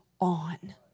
on